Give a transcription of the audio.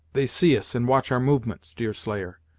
they see us, and watch our movements, deerslayer?